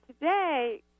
today